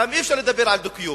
אתם אי-אפשר לדבר על דו-קיום.